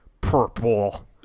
purple